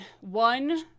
one –